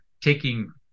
taking